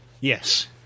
Yes